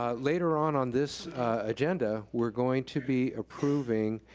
ah later on on this agenda, we're going to be approving,